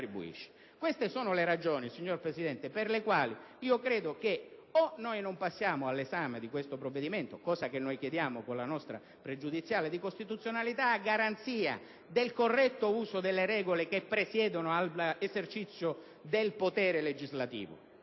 per le quali, signor Presidente, a mio avviso non dobbiamo passare all'esame di questo provvedimento, cosa che noi chiediamo con la nostra pregiudiziale di costituzionalità, a garanzia del corretto uso delle regole che presiedono al corretto esercizio del potere legislativo.